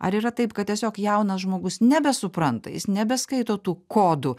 ar yra taip kad tiesiog jaunas žmogus nebesupranta jis nebeskaito tų kodų